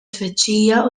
tfittxija